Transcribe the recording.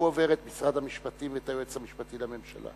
הוא עובר את משרד המשפטים ואת היועץ המשפטי לממשלה.